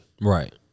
Right